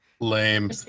Lame